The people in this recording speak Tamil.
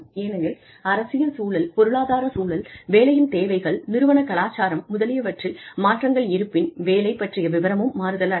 ஏனெனில் அரசியல் சூழல் பொருளாதார சூழல் வேலையின் தேவைகள் நிறுவன கலாச்சாரம் முதலியவற்றில் மாற்றங்கள் இருப்பின் வேலை பற்றிய விவரமும் மாறுதலடையும்